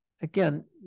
again